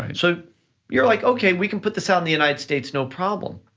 so you're like, okay, we can put this out in the united states, no problem.